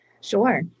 Sure